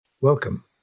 Welcome